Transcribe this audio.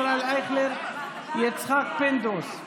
ישראל אייכלר ויצחק פינדרוס,